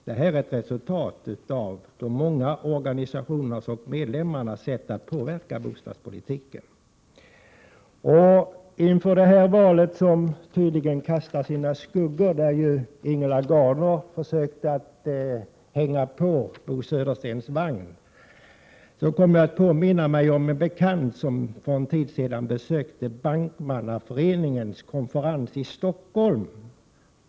Det här är ett resultat av de många organisationernas och medlemmarnas sätt att påverka bostadspolitiken. Valet kastar tydligen sina skuggor framför sig — Ingela Gardner försökte tydligen hänga på Bo Söderstens vagn — och jag kom att erinra mig att en bekant för en tid sedan besökte Bankmannaföreningens konferens i Stockholm.